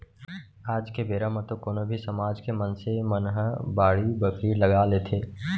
आज के बेरा म तो कोनो भी समाज के मनसे मन ह बाड़ी बखरी लगा लेथे